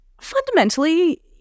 fundamentally